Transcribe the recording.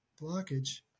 blockage